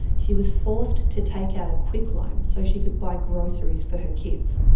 she was forced to take out a quick-loan so she could buy groceries for her kids.